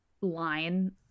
line